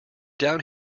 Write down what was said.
down